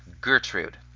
Gertrude